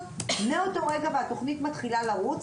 ומאותו הרגע היא מתחילה לרוץ.